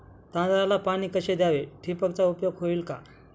तांदळाला पाणी कसे द्यावे? ठिबकचा उपयोग होईल का?